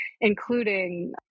including